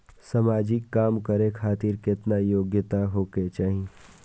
समाजिक काम करें खातिर केतना योग्यता होके चाही?